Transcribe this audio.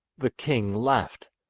the king laughed.